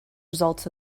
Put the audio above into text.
results